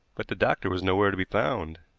but the doctor was nowhere to be found.